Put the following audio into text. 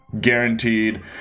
guaranteed